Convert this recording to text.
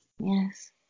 Yes